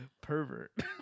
pervert